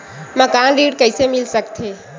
मकान ऋण कइसे मिल सकथे?